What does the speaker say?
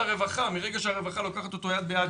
מרגע שהרווחה לוקחת אותו יד ביד,